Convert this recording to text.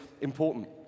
important